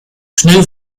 schnell